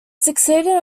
succeeded